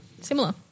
similar